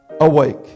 awake